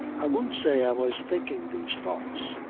i won't say i was thinking these thoughts.